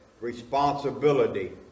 responsibility